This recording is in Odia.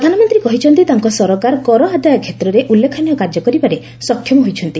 ପ୍ରଧାନମନ୍ତ୍ରୀ କହିଛନ୍ତି ତାଙ୍କ ସରକାର କର ଆଦାୟ କ୍ଷେତ୍ରରେ ଉଲ୍ଲେଖନୀୟ କାର୍ଯ୍ୟ କରିବାରେ ସକ୍ଷମ ହୋଇଛନ୍ତି